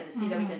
mmhmm